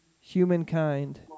humankind